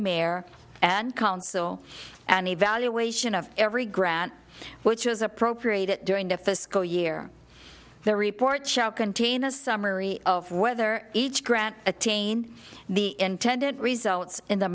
mayor and council an evaluation of every grant which was appropriate at during the fiscal year the report shall contain a summary of whether each grant attain the intended results in the